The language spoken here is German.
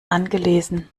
angelesen